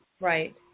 Right